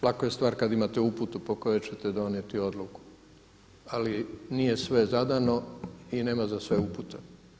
Lako je stvar kada imate uputu po kojoj ćete donijeti odluku, ali nije sve zadano i nema za sve upute.